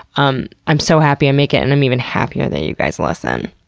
um i'm so happy i make it, and i'm even happier that you guys listen.